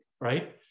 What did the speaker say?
right